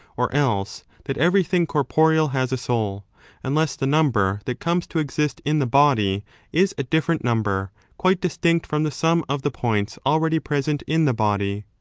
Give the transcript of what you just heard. or else that everything corporeal has a soul unless the number that comes to exist in the body is a different number, quite distinct from the sum of the points already present in the body.